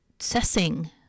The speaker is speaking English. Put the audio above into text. assessing